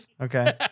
Okay